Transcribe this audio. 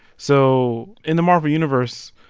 so in the marvel universe,